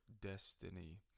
Destiny